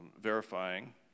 verifying